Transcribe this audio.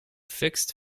fixed